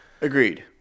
agreed